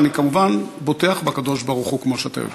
אני, כמובן, בוטח בקדוש-ברוך-הוא, כמו שאתה יודע.